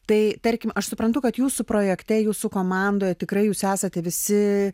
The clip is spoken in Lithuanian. tai tarkim aš suprantu kad jūsų projekte jūsų komandoje tikrai jūs esate visi